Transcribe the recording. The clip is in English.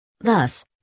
thus